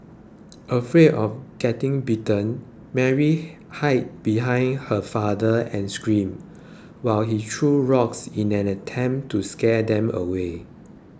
afraid of getting bitten Mary hid behind her father and screamed while he threw rocks in an attempt to scare them away